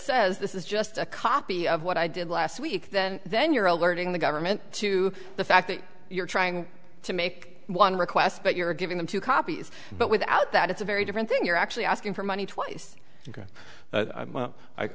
says this is just a copy of what i did last week then then you're alerting the government to the fact that you're trying to make one request but you're giving them two copies but without that it's a very different thing you're actually asking for money twice